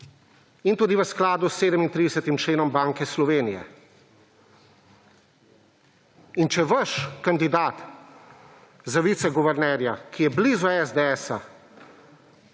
in tudi v skladu z 37. členom Banke Slovenije. In če vaš kandidat za viceguvernerja, ki je blizu SDS,